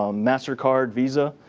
um mastercard, visa.